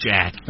Jack